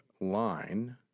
line